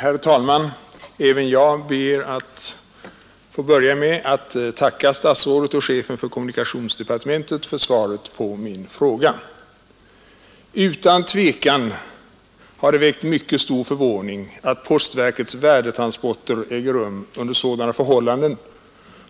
Herr talman! Även jag ber att få börja med att tacka kommunikationsministern för svaret på min fråga. Utan tvivel har det väckt mycket stor förvåning att postverkets värdetransporter äger rum under sådana förhållanden